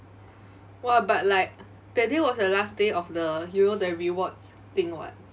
!wah! but like that day was the last day of the you know the rewards thing [what]